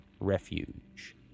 refuge